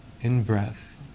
in-breath